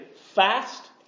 fast